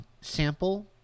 sample